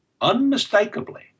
unmistakably